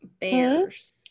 bears